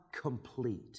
complete